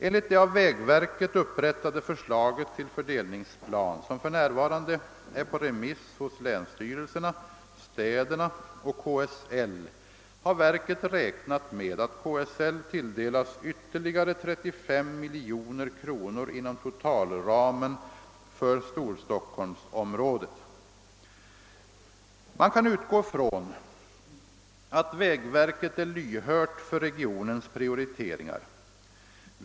Enligt det av vägverket upprättade förslaget till fördelningsplan, som för närvarande är på remiss hos länsstyrelserna, städerna och KSL, har verket räknat med att KSL tilldelas ytterligare 35 miljoner kronor inom totalramen för Storstockholmsområdet. Man kan utgå från att vägverket är lyhört för regionens prioriteringar.